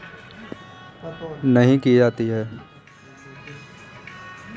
भैया आप जानते हैं भारत में ज्यादातर रोसेनबर्गी नामक झिंगा खेती की जाती है